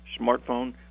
smartphone